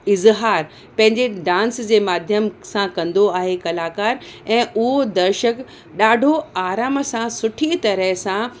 इज़हारु पंहिंजे डांस जे माध्यम सां कंदो आहे कलाकारु ऐं उहो दर्शक ॾाढो आराम सां सुठी तरह सां